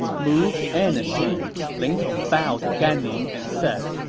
moved and shamed, ling tong bowed to gan ning and said,